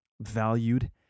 Valued